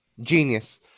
genius